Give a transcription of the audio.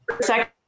second